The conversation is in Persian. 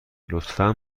لطفا